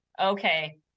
Okay